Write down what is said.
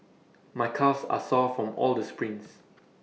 my calves are sore from all the sprints